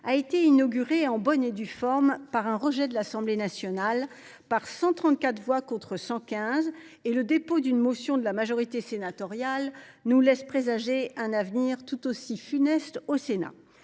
a été inauguré en bonne et due forme par un rejet de l’Assemblée nationale, par 134 voix contre 115, et le dépôt d’une motion de la majorité sénatoriale nous laisse présager un avenir tout aussi funeste au Sénat.